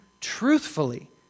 truthfully